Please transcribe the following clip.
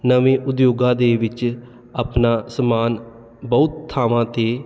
ਨਵੇਂ ਉਦਯੋਗਾਂ ਦੇ ਵਿੱਚ ਆਪਣਾ ਸਮਾਨ ਬਹੁਤ ਥਾਵਾਂ 'ਤੇ